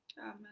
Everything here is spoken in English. amen